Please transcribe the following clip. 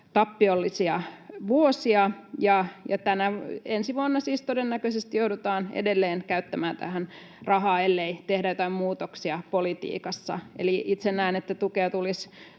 tappiollisia vuosia, ja ensi vuonna siis todennäköisesti joudutaan edelleen käyttämään tähän rahaa, ellei tehdä joitain muutoksia politiikassa. Itse näen, että tukea tulisi